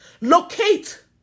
locate